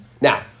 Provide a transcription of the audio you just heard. Now